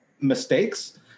mistakes